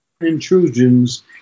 intrusions